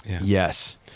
Yes